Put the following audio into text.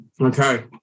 okay